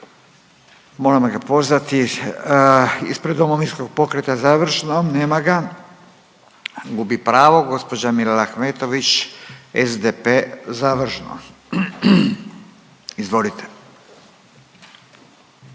moram ga pozvati ispred Domovinskog pokreta završno. Nema ga. Gubi pravo. Gospođa Mirela Ahmetović, SDP završno. Izvolite.